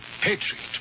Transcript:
patriot